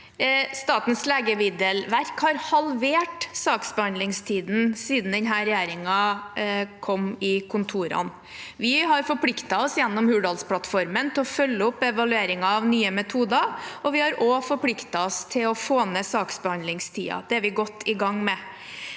Statens lege- middelverk har halvert saksbehandlingstiden siden denne regjeringen kom i kontorene. Vi har forpliktet oss gjennom Hurdalsplattformen til å følge opp evalueringen av Nye metoder, og vi har forpliktet oss til å få ned saksbehandlingstiden. Det er vi godt i gang med.